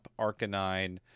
Arcanine